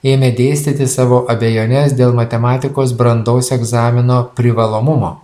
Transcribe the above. ėmė dėstyti savo abejones dėl matematikos brandos egzamino privalomumo